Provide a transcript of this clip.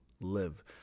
live